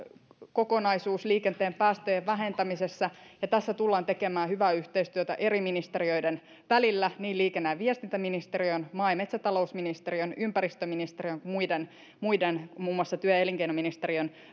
kokonaisuus liikenteen päästöjen vähentämisessä ja tässä tullaan tekemään hyvää yhteistyötä eri ministeriöiden välillä niin liikenne ja viestintäministeriön maa ja metsätalousministeriön ympäristöministeriön kuin muiden muiden muun muassa työ ja elinkeinoministeriön